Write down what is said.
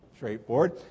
straightforward